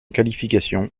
qualifications